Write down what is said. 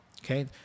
Okay